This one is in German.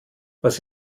was